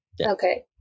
Okay